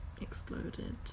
exploded